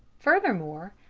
furthermore,